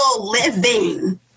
living